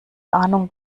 ahnung